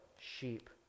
sheep